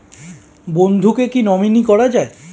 বন্ধুকে কী নমিনি করা যায়?